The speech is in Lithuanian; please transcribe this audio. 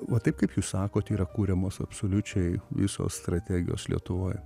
o taip kaip jūs sakot yra kuriamos absoliučiai visos strategijos lietuvoj